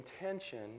intention